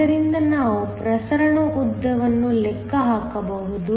ಆದ್ದರಿಂದ ನಾವು ಪ್ರಸರಣ ಉದ್ದವನ್ನು ಲೆಕ್ಕ ಹಾಕಬಹುದು